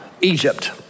Egypt